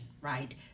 right